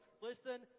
listen